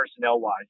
personnel-wise